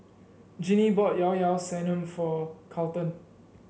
Jinnie bought Llao Llao Sanum for Carlton